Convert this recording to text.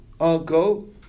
uncle